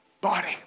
body